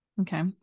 Okay